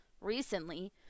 recently